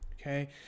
okay